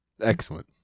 Excellent